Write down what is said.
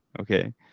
okay